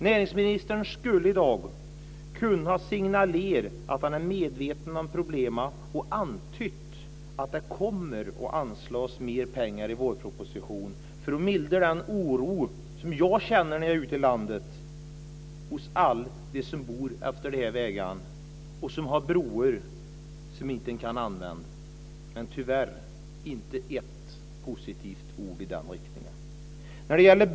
Näringsministern skulle i dag ha kunnat signalera att han är medveten om problemen och antytt att det kommer att anslås mer pengar i vårpropositionen för att mildra den oro som jag känner när jag är ute i landet hos dem som efter de här vägarna och som har broar som de inte kan använda. Tyvärr inte ett positivt ord i den riktningen.